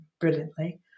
brilliantly